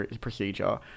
procedure